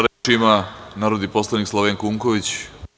Reč ima narodni poslanik Slavenko Unković.